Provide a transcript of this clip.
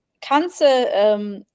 cancer